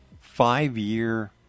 five-year